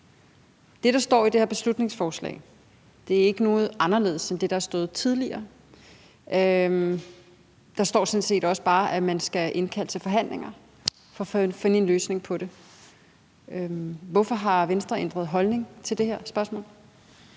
Det, der står i det her beslutningsforslag, er ikke anderledes end det, der har stået tidligere. Der står sådan set også bare, at man skal indkalde til forhandlinger for at finde en løsning på det. Hvorfor har Venstre ændret holdning til det her spørgsmål?